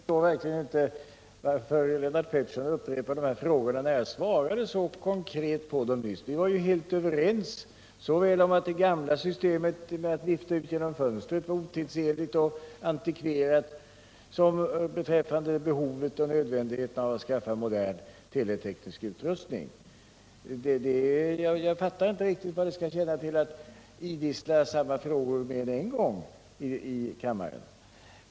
Herr talman! Jag förstår verkligen inte varför Lennart Pettersson upprepar de här frågorna, när jag svarade så konkret på dem nyss. Vi var ju helt överens såväl om att det gamla systemet — att vifta ut genom fönstret — var ouidsenligt och antikverat som om att det är nödvändigt att skaffa modern teleteknisk utrustning. Jag fattar inte riktigt vad det skall tjäna till att idissla samma frågor flera gånger här i kammaren.